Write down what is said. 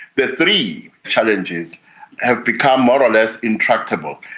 the three challenges have become more or less intractable,